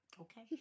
Okay